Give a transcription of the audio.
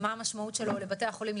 מה המשמעות שלו לבתי החולים,